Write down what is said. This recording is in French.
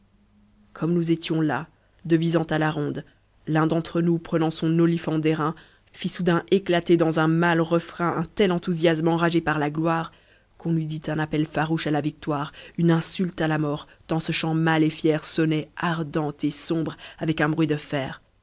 comme nous étions là devisant à la ronde l'un d'entre nous prenant son olifant d'airain fit soudain éclater dans un màle refrain un tel enthousiasme enragé par la gloire qu'on eût dit un appel farouche à la victoire une insulte à la mort tant ce chant mâle et fier sonnait ardent et sombre avec un bruit de fer